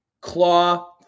Claw